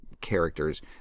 characters